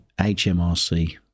HMRC